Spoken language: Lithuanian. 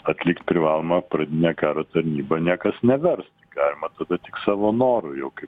atlikt privalomąją pradinę karo tarnybą niekas nevers galima tada tik savo noru jau